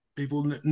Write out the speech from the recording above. People